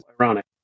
ironic